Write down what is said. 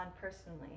personally